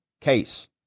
case